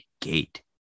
GATE